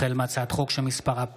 החל בהצעת חוק פ